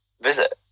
visit